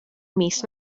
mis